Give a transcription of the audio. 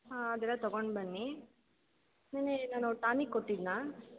ಹಾಂ ಅದೆಲ್ಲ ತಗೊಂಡು ಬನ್ನಿ ನಿನ್ನೆ ನಾನು ಟಾನಿಕ್ ಕೊಟ್ಟಿದ್ದೆನಾ